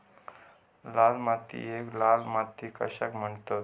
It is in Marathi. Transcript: लाल मातीयेक लाल माती कशाक म्हणतत?